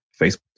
Facebook